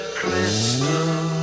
crystal